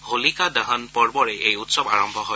হোলিকা দহন পৰ্বৰে এই উৎসৱ আৰম্ভ হয়